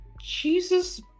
Jesus